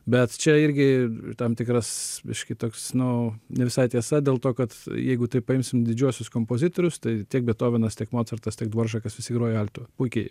bet čia irgi tam tikras biškį toks nu ne visai tiesa dėl to kad jeigu taip paimsim didžiuosius kompozitorius tai tiek betovenas tik mocartas tiek dvoržekas visi grojo altu puikiai